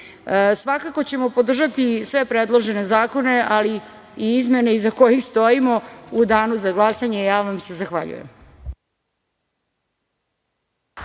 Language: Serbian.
imale. Svakako ćemo podržati sve predložene zakone ali i izmene iza kojih stojimo u danu za glasanje. Zahvaljujem.